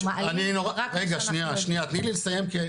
אנחנו מעלים רק מי שאנחנו יודעים,